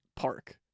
park